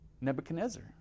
Nebuchadnezzar